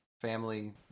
family